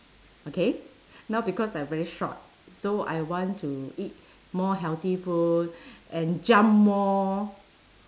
okay now because I very short so I want to eat more healthy food and jump more